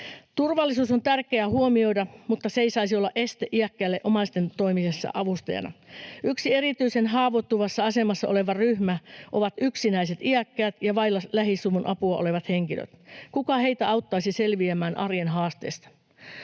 Turvallisuus on tärkeää huomioida, mutta se ei saisi olla este iäkkäälle omaisten toimiessa avustajana. Yksi erityisen haavoittuvassa asemassa oleva ryhmä ovat yksinäiset iäkkäät ja vailla lähisuvun apua olevat henkilöt. Kuka heitä auttaisi selviämään arjen haasteista?